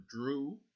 Drew